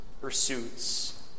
pursuits